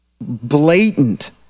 blatant